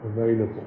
available